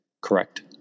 Correct